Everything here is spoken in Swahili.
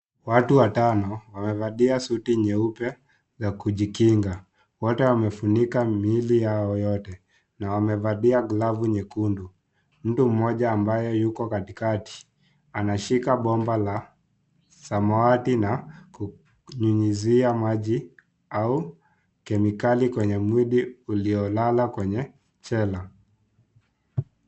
Watu watano wamevalia suti nyeupe za kujikinga. Wote wamefunika miili yao yote na wamevalia glavu nyekundu. Mtu mmoja ambaye yuko katikati anashika bomba la samawati na kunyunyizia maji au kemikali kwenye mwili uliolala kwenye chela.